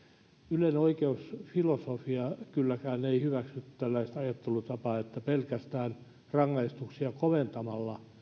yleinen oikeusfilosofia kylläkään ei hyväksy tällaista ajattelutapaa että pelkästään rangaistuksia koventamalla